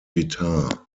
guitar